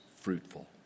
fruitful